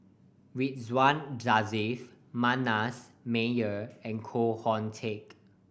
Ridzwan Dzafir Manasseh Meyer and Koh Hoon Teck